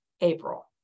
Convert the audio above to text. April